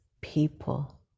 people